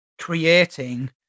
creating